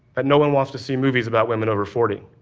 that no one wants to see movies about women over forty.